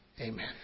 Amen